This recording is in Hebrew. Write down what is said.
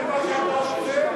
זה מה שאתה רוצה?